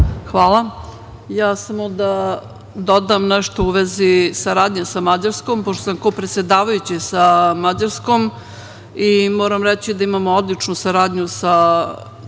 Hvala. Ja samo da dodam nešto u vezi saradnje sa Mađarskom, pošto sam kopredsedavajući sa Mađarskom. Moram reći da imamo odličnu saradnju sa